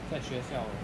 在学校